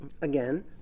Again